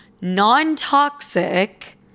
non-toxic